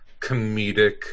comedic